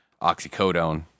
oxycodone